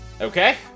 Okay